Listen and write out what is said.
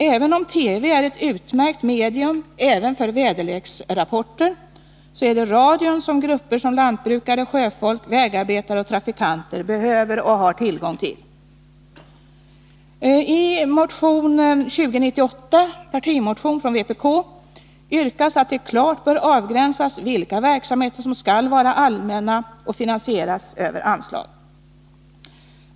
Även om TV är ett utmärkt medium även för väderleksrapporter, är det radion som grupper som lantbrukare, sjöfolk, vägarbetare och trafikanter behöver och har tillgång till. I motion 1980/81:2098, en partimotion från vpk, yrkas att det klart skall avgränsas vilka verksamheter som skall vara allmänna och finansieras över anslag.